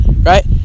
right